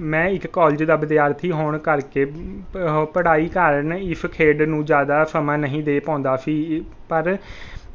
ਮੈਂ ਇੱਕ ਕੋਲਜ ਦਾ ਵਿਦਿਆਰਥੀ ਹੋਣ ਕਰਕੇ ਉਹ ਪੜ੍ਹਾਈ ਕਾਰਨ ਇਸ ਖੇਡ ਨੂੰ ਜ਼ਿਆਦਾ ਸਮਾਂ ਨਹੀਂ ਦੇ ਪਾਉਂਦਾ ਸੀ ਪਰ